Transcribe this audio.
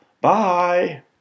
Bye